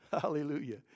Hallelujah